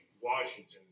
Washington